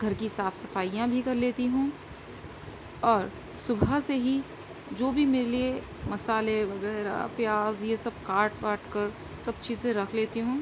گھر کی صاف صفائیاں بھی کر لیتی ہوں اور صبح سے ہی جو بھی میرے لیے مسالے وغیرہ پیاز یہ سب کاٹ واٹ کر سب چیزیں رکھ لیتی ہوں